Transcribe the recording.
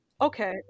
okay